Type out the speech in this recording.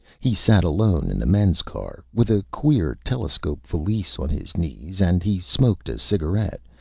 he sat alone in the men's car, with a queer telescope valise on his knees, and he smoked a cigarette,